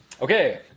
Okay